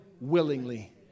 willingly